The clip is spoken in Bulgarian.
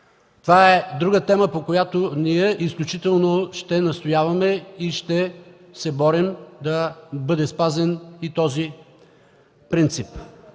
Това е друга тема, по която ние изключително ще настояваме и ще се борим – да бъде спазен и този принцип.